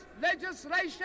legislation